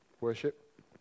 worship